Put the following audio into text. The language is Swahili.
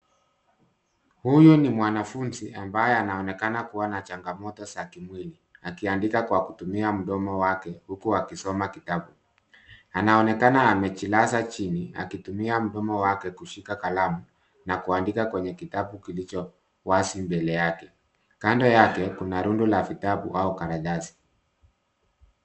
Huyu ni mwanafunzi ambaye anaonekana kuwa na changamoto za kimwili akiandika kwa kutumia mdomo wake huku akisoma kitabu. Anaonekana amejilaza chini akitumia mdomo wake kushika kalamu na kuandika kwenye kitabu kilicho wazi mbele yake. Kando yake kuna rundo la vitabu au karatasi.